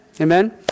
Amen